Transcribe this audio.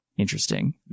interesting